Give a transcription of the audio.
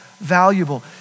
valuable